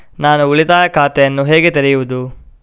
ನಾನು ಉಳಿತಾಯ ಖಾತೆಯನ್ನು ಹೇಗೆ ತೆರೆಯುದು?